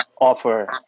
offer